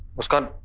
mushkan.